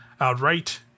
outright